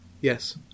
Yes